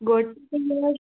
ଗୋଟେ